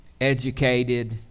educated